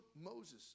Moses